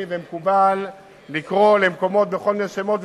ומקובל לקרוא למקומות בכל מיני שמות,